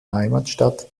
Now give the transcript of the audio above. heimatstadt